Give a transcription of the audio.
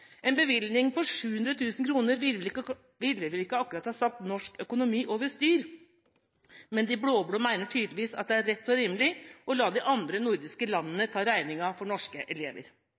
En bevilgning på 700 000 kr ville ikke akkurat ha satt norsk økonomi over styr, men de blå-blå mener tydeligvis at det er rett og rimelig å la de andre nordiske landene ta regninga for norske elever.